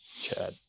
Chad